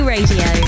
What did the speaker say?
Radio